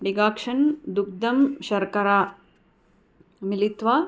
decoction दुग्धं शर्करां मिलित्वा